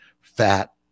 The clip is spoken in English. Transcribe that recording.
fat